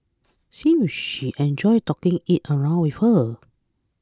seems she enjoyed taking it around with her